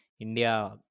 India